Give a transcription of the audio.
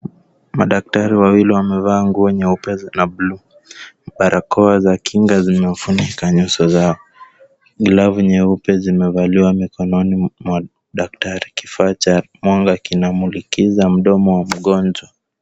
Madaktari wawili wamevaa nguo nyeupe na bluu. Barakoa za kinga zimewafunika nyuso zao. Glavu nyeupe zimevaliwa mikononi mwa daktari. Kifaa cha mwanga kinamulikiza mdomo wa mgonjwa.